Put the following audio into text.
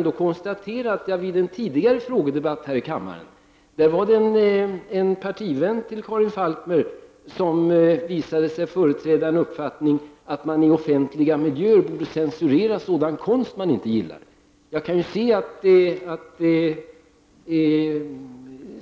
I en tidigare frågedebatt här i kammaren visade sig en partivän till Karin Falkmer företräda uppfattningen att man i offentliga miljöer borde censurera den konst man inte gillade.